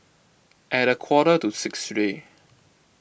at a quarter to six today